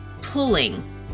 pulling